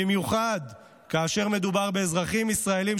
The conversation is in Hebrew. במיוחד כאשר מדובר באזרחים ישראלים,